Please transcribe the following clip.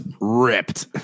ripped